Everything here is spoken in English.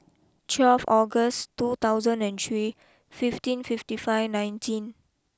twelve August two thousand and three fifteen fifty five nineteen